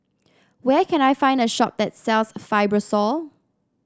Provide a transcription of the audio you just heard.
where can I find a shop that sells Fibrosol